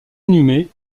inhumé